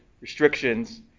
restrictions